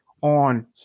on